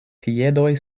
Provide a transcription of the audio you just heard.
piedoj